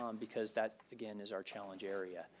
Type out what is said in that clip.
um because that again is our challenge area,